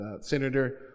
Senator